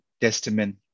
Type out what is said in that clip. Testament